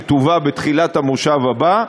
שתובא בתחילת המושב הבא,